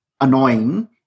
annoying